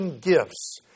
gifts